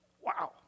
Wow